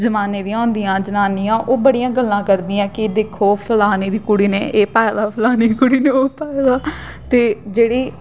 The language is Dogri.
जमाने दियां होंदिया जनानियां ओह् बडियां गल्लां करदियां के दिक्खो के फलाने दी कुड़ी ने एह पाए दा फलाने दी कुड़ी ने ओह् पाए दा ते जेह्ड़ी